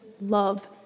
love